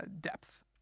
depth